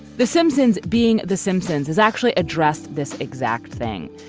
the simpsons being the simpsons has actually addressed this exact thing.